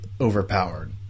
overpowered